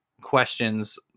questions